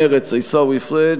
מרצ: עיסאווי פריג'.